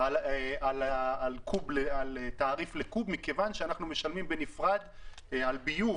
על קוב מים מכיוון שאנחנו משלמים בנפרד על ביוב